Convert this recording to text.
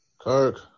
Kirk